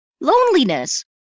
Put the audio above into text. loneliness